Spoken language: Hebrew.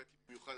באתי במיוחד,